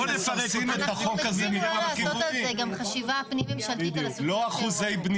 בוא נפרק את החוק הזה ------ טוב, חבר'ה,